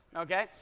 okay